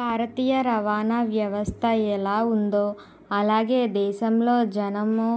భారతీయ రవాణా వ్యవస్థ ఎలా ఉందో అలాగే దేశంలో జనము